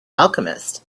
alchemist